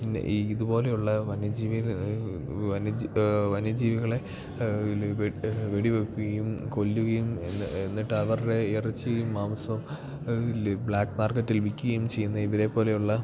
പിന്നെ ഈ ഇത്പോലെ ഉള്ള വന്യജീവികൾ വന്യജീവികളെ വെട്ട് വെടി വെക്കുകയും കൊല്ലുകയും എന്നിട്ട് അവരുടെ ഇറച്ചിയും മാംസവും ബ്ലാക്ക് മാർക്കറ്റിൽ വിൽക്കുകയും ചെയ്യുന്നത് ഇവരെ പോലെയുള്ള